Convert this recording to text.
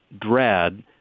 dread